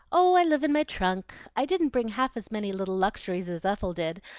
oh, i live in my trunk i didn't bring half as many little luxuries as ethel did,